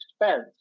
expense